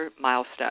milestone